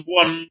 one